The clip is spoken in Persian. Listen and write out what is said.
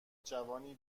جوانی